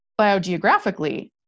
biogeographically